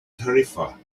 tarifa